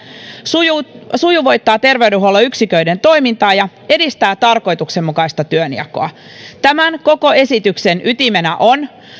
sujuvoittaa sujuvoittaa terveydenhuollon yksiköiden toimintaa ja edistää tarkoituksenmukaista työnjakoa tämän koko esityksen ytimenä on